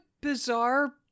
bizarre